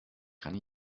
kann